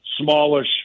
smallish